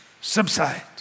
subside